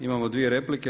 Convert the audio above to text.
Imamo dvije replike.